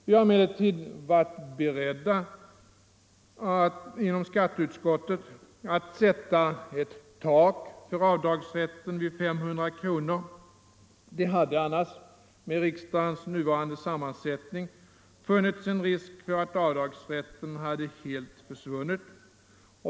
Vi har emellertid inom skatteutskottet varit beredda att sätta ett tak för avdragsrätten vid 500 kronor. Det hade annars med riksdagens nuvarande sammansättning funnits risk för att avdragsrätten hade helt försvunnit.